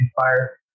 fire